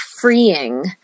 freeing